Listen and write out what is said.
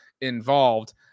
involved